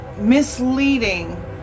misleading